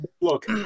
Look